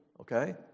okay